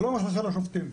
זה לא מחלחל לשופטים.